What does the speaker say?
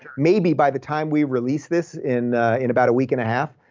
maybe by the time we release this in in about a week and a half,